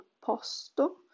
posto